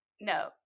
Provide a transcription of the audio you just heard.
No